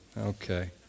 Okay